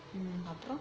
mm